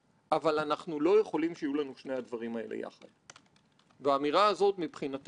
ואני חוזר ואומר שאתה אחד מן הפרלמנטרים הכי גדולים שהיו בכנסת בכלל.